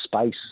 space